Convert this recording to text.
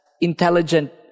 intelligent